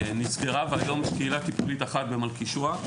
והיום יש קהילה טיפולית אחת במלכישוע.